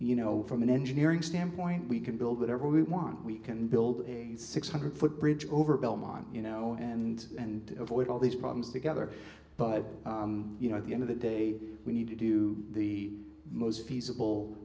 you know from an engineering standpoint we can build whatever we want we can build a six hundred foot bridge over belmont you know and and avoid all these problems together but you know at the end of the day we need to do the most feasible